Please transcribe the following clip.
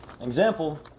example